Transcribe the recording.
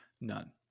None